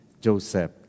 Joseph